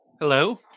Hello